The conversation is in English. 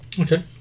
Okay